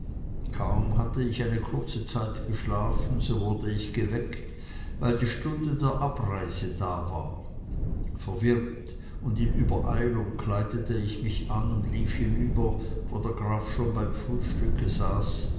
kaum hatte ich eine kurze zeit geschlafen so wurde ich geweckt weil die stunde der abreise da war verwirrt und in übereilung kleidete ich mich an und lief hinüber wo der graf schon beim frühstücke saß